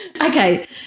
Okay